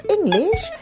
English